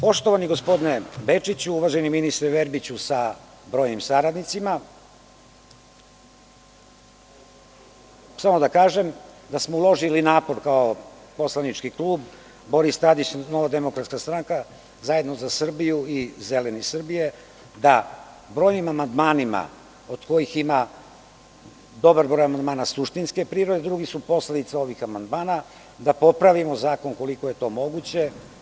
Poštovani gospodine Bečiću, uvaženi ministre Verbiću, sa brojnim saradnicima, samo da kažem da smo uložili napor kao poslanički klub Boris Tadić – NDS – Zajedno za Srbiju i Zeleni Srbije, da brojnim amandmanima od kojih ima dobar broj amandmana suštinske prirode, drugi su posledica ovih amandmana, da popravimo zakon koliko je to moguće.